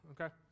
okay